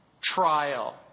trial